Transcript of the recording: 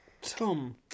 Tom